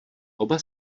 oba